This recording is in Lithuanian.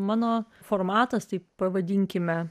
mano formatas taip pavadinkime